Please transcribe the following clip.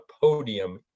podium